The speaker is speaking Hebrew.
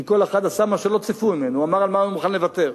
כי כל אחד עשה מה שלא ציפו ממנו: אמר על מה הוא מוכן לוותר.